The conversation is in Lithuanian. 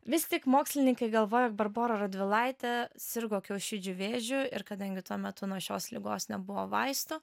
vis tik mokslininkai galvojo jog barbora radvilaitė sirgo kiaušidžių vėžiu ir kadangi tuo metu nuo šios ligos nebuvo vaistų